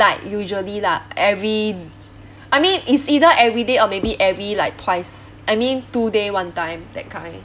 like usually lah every I mean is either everyday or maybe every like twice I mean two day one time that kind